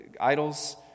idols